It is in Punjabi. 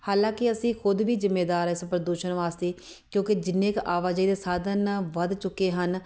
ਹਾਲਾਂ ਕਿ ਅਸੀਂ ਖੁਦ ਵੀ ਜ਼ਿੰਮੇਵਾਰ ਆ ਇਸ ਪ੍ਰਦੂਸ਼ਣ ਵਾਸਤੇ ਕਿਉਂਕਿ ਜਿੰਨੇ ਕੁ ਆਵਾਜਾਈ ਦੇ ਸਾਧਨ ਵੱਧ ਚੁੱਕੇ ਹਨ